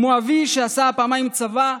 כמו אבי, שעשה פעמיים צבא,